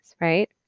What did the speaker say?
right